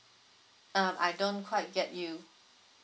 um I don't quite get you